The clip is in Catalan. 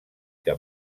que